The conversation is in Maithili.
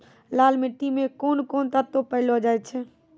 लाल मिट्टी मे कोंन कोंन तत्व पैलो जाय छै?